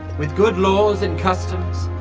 with good laws and customs.